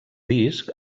disc